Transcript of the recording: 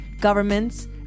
governments